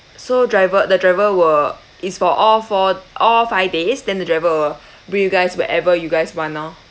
so driver the driver will is for all four all five days then the driver will bring you guys wherever you guys want lor